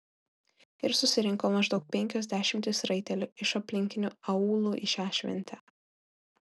ir susirinko maždaug penkios dešimtys raitelių iš aplinkinių aūlų į šią šventę